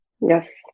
Yes